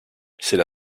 c’est